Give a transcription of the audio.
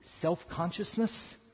self-consciousness